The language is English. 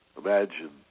Imagine